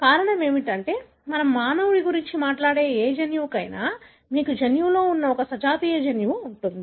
కారణం ఏమిటంటే మనం మానవుడి గురించి మాట్లాడే ఏ జన్యువుకైనా మీకు జన్యువులో ఒక సజాతీయ జన్యువు ఉంటుంది